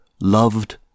Loved